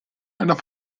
einer